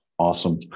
Awesome